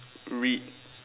read